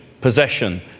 possession